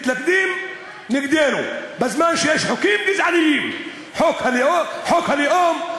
מתלכדים נגדנו בזמן שיש חוקים גזעניים: חוק הלאום,